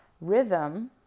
rhythm